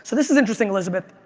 so this is interesting, elizabeth,